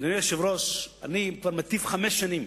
אדוני היושב-ראש, אני כבר מטיף חמש שנים